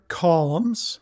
columns